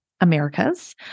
Americas